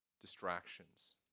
distractions